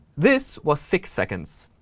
this was six seconds.